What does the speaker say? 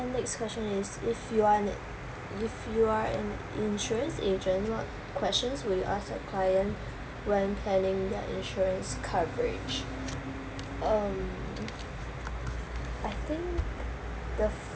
then next question is if you are if you are an insurance agent what questions would you ask the client when planning their insurance coverage um I think the